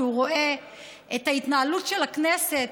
שהוא רואה את ההתנהלות של הכנסת,